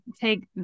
take